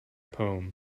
poem